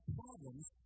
problems